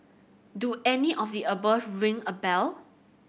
do any of the above ring a bell